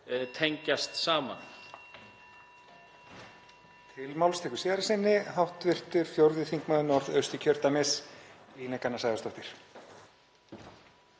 tengjast saman.